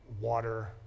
water